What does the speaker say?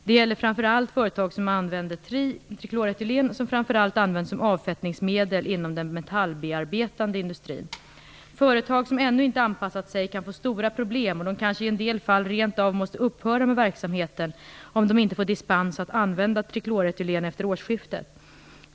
Det gäller särskilt företag som använder trikloretylen, som framför allt används som avfettningsmedel inom den metallbearbetande industrin. Företag som ännu inte anpassat sig kan få stora problem, och de kanske i en del fall rent av måste upphöra med verksamheten, om de inte får dispens att använda trikloretylen efter årsskiftet.